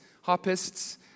harpists